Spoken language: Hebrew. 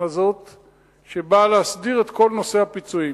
הזה שבאה להסדיר את כל נושא הפיצויים.